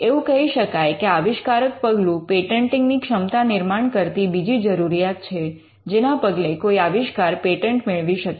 એવું કહી શકાય કે આવિષ્કારક પગલું પેટન્ટિંગ ની ક્ષમતા નિર્માણ કરતી બીજી જરૂરિયાત છે જેના પગલે કોઈ આવિષ્કાર પેટન્ટ મેળવી શકે